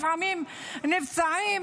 לפעמים נפצעים